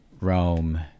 Rome